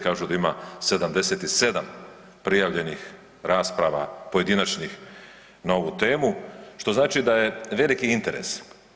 Kažu da ima 77 prijavljenih rasprava pojedinačnih na ovu temu što znači da je veliki interes.